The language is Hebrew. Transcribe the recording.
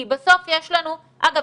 אגב,